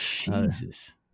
Jesus